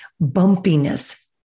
bumpiness